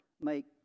make